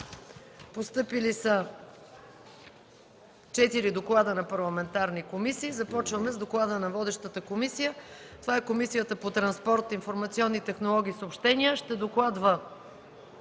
Постъпили са четири доклада на парламентарни комисии. Започваме с доклада на водещата комисия – по транспорт, информационни технологии и съобщения. Становището